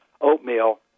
oatmeal